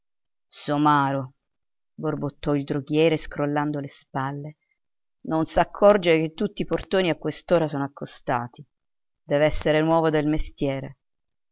somaro borbottò il droghiere scrollando le spalle non s'accorge che tutti i portoni a quest'ora sono accostati dev'essere nuovo del mestiere